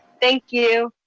thank you!